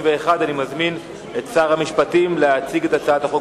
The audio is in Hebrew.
31). אני מזמין את שר המשפטים להציג את הצעת החוק,